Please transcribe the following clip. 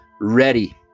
ready